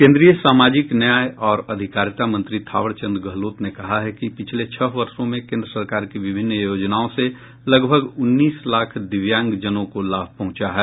केन्द्रीय सामाजिक न्याय और अधिकारिता मंत्री थावर चंद गहलोत ने कहा है कि पिछले छह वर्षो में केंद्र सरकार की विभिन्न योजनाओं से लगभग उन्नीस लाख दिव्यांगजनों को लाभ पहुंचा है